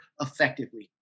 effectively